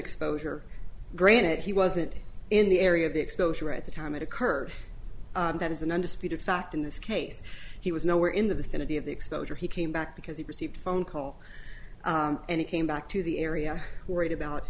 exposure granted he wasn't in the area of the exposure at the time it occurred that is an undisputed fact in this case he was nowhere in the vicinity of the exposure he came back because he received phone call and he came back to the area worried about